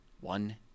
one